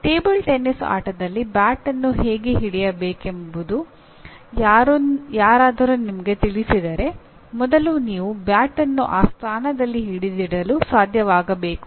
table tennis ಆಟದಲ್ಲಿ bat ಅನ್ನು ಹೇಗೆ ಹಿಡಿದಿಡಬೇಕೆಂದು ಯಾರಾದರೂ ನಿಮಗೆ ತೋರಿಸಿದರೆ ಮೊದಲು ನೀವು ಬ್ಯಾಟ್ ಅನ್ನು ಆ ಸ್ಥಾನದಲ್ಲಿ ಹಿಡಿದಿಡಲು ಸಾಧ್ಯವಾಗಬೇಕು